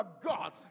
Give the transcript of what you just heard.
God